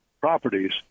properties